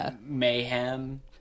...mayhem